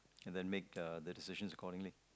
and than make the the decisions accordingly